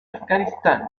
afganistán